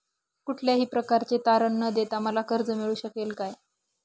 कुठल्याही प्रकारचे तारण न देता मला कर्ज मिळू शकेल काय?